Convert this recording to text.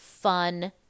Fun